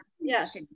Yes